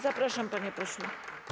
Zapraszam, panie pośle.